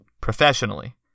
professionally